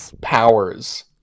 powers